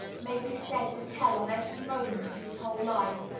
may be said to tell on every moment of his whole life,